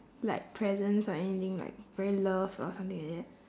like presence or anything like very loved or something like that